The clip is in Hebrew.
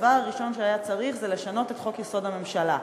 הדבר הראשון שהיה צריך זה לשנות את חוק-יסוד: הממשלה.